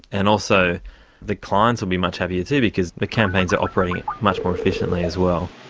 and also the clients will be much happier too because the campaigns are operating much more efficiently as well.